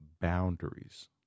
boundaries